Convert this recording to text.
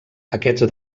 aquests